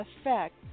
effect